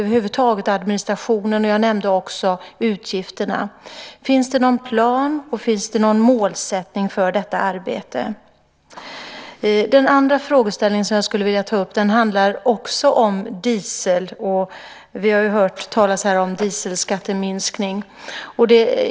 Jag nämnde också utgifterna. Finns det någon plan? Finns det någon målsättning för detta arbete? Den andra frågan som jag skulle vilja ta upp handlar om diesel. Vi har här hört talas om dieselskatteminskning.